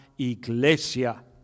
Iglesia